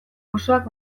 osoak